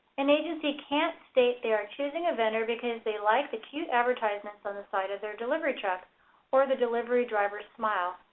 an agency can't state they are choosing a vendor because they like the cute advertisements on the side of their delivery truck or the delivery driver's smile.